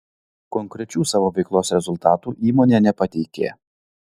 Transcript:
konkrečių savo veiklos rezultatų įmonė nepateikė